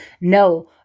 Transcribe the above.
No